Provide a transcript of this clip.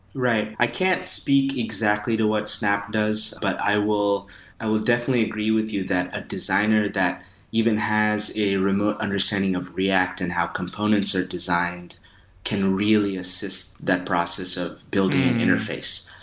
right. i can't speak exactly to what snap does, but i will i will definitely agree with you that a designer that even has a remote understanding of react and how components are designed can really assist that process of building an interface.